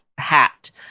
hat